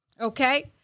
okay